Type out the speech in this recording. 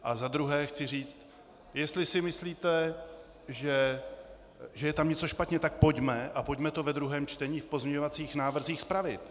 A za druhé chci říct: Jestli si myslíte, že je tam něco špatně, tak pojďme a pojďme to ve druhém čtení v pozměňovacích návrzích spravit.